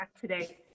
today